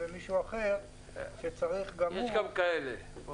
ומישהו אחר שצריך --- יש גם כאלה.